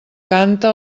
canta